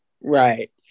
right